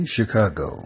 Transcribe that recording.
Chicago